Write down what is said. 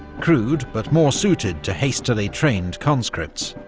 crude but more suited to hastily-trained conscripts.